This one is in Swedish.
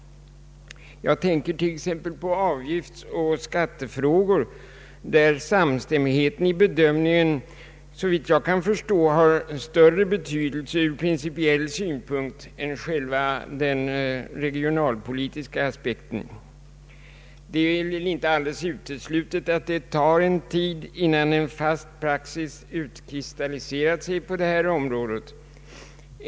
Jag tänker t.ex. på avgiftsoch skattefrågor, där samstämmighet i bedömning, såvitt jag kan förstå, har större betydelse ur principiell synpunkt än själva den regionalpolitiska aspekten. Det är väl inte uteslutet att det tar en tid innan en fast praxis utkristalliserat sig på detta område.